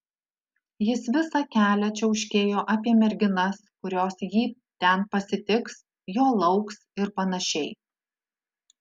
jis visą kelią čiauškėjo apie merginas kurios jį ten pasitiks jo lauks ir panašiai